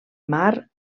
mar